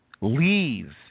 leave